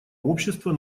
общества